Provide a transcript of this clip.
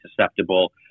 susceptible